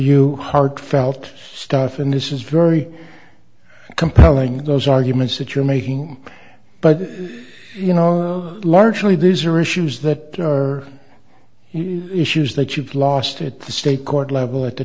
you heartfelt stuff and this is very compelling those arguments that you're making but you know largely these are issues that are issues that you've lost at the state court level at the